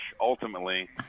ultimately